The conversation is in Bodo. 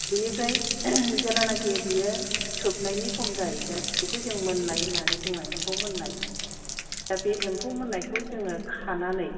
बेनिफ्राय जेलानाखि बियो थोबनायनि सम जाहैगोन बेखौ जों मोन्नाय होन्नानै बुङो एम्फौ मोन्नाय दा बे एम्फौ मोन्नायखौ जोङो खानानै